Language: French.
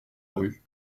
rue